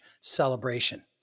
celebration